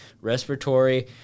respiratory